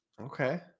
Okay